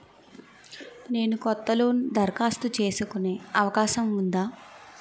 నేను కొత్త లోన్ దరఖాస్తు చేసుకునే అవకాశం ఉందా?